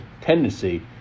tendency